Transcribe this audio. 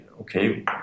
okay